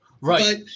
Right